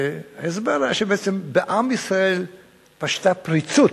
ההסבר היה שבעצם בעם ישראל פשטה פריצות,